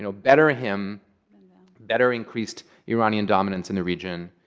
you know better him better increased iranian dominance in the region,